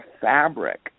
fabric